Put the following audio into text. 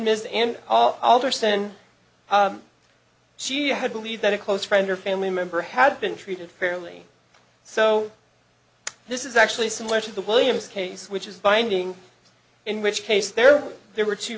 ms and all alderson she had believed that a close friend or family member had been treated fairly so this is actually similar to the williams case which is binding in which case there there were two